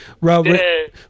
Robert